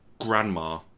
Grandma